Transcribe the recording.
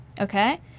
okay